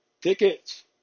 Tickets